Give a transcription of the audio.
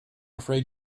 afraid